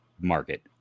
market